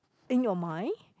in your mind